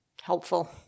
helpful